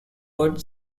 would